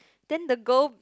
then the girl